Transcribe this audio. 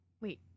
Wait